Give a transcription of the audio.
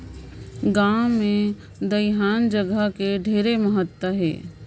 गांव मे दइहान जघा के ढेरे महत्ता होथे